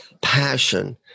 passion